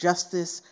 justice